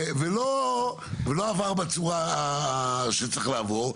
ולא עבר בצורה שצריך לעבור בה,